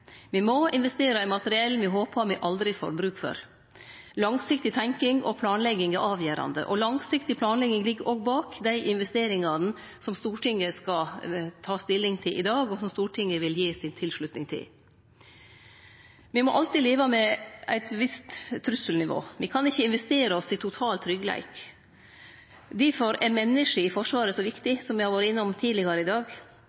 må investere i materiell me håpar me aldri får bruk for. Langsiktig tenking og planlegging er avgjerande. Langsiktig planlegging ligg òg bak dei investeringane som Stortinget skal ta stilling til i dag, og som Stortinget vil slutte seg til. Me må alltid leve med eit visst trusselnivå. Me kan ikkje investere oss til total tryggleik. Difor er menneska i Forsvaret så viktige, som me har vore innom tidlegare i dag.